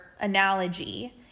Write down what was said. analogy